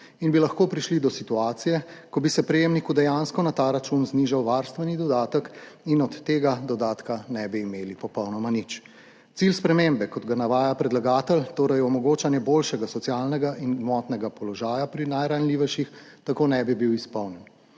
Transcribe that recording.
in bi lahko prišli do situacije, ko bi se prejemniku dejansko na ta račun znižal varstveni dodatek in od tega dodatka ne bi imeli popolnoma nič. Cilj spremembe, kot ga navaja predlagatelj, torej omogočanje boljšega socialnega in gmotnega položaja pri najranljivejših, tako ne bi bil izpolnjen.